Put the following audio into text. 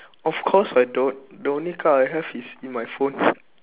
of course I don't the only car I have is in my phone